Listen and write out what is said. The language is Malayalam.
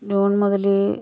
ജൂൺ മുതല്